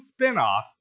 spinoff